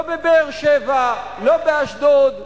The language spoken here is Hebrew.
לא בבאר-שבע, לא באשדוד.